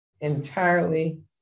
entirely